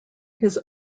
his